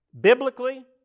biblically